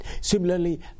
similarly